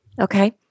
Okay